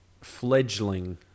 fledgling